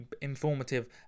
informative